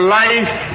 life